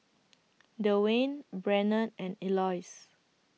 Dewayne Brannon and Eloise